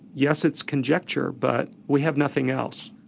yes, it's conjecture, but we have nothing else.